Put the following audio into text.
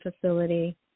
facility